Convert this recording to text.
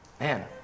Man